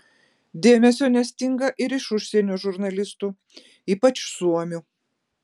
dėmesio nestinga ir iš užsienio žurnalistų ypač suomių